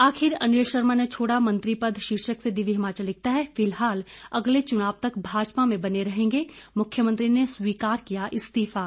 आखिर अनिल शर्मा ने छोड़ा मंत्री पद शीर्षक से दिव्य हिमाचल लिखता है फिलहाल अगले चुनाव तक भाजपा में बने रहेंगे मुख्यमंत्री ने स्वीकार किया इस्तीफा